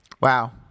Wow